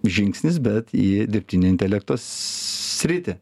žingsnis bet į dirbtinio intelekto sritį